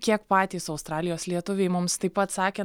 kiek patys australijos lietuviai mums taip pat sakė